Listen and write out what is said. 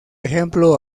ejemplo